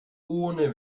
ohne